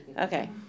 Okay